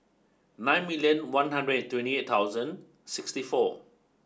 ninety million one hundred and twenty eight thousand sixty four